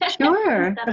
Sure